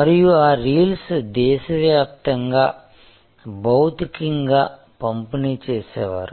మరియు ఆ రీల్స్ దేశవ్యాప్తంగా భౌతికంగా పంపిణీ చేసేవారు